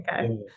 okay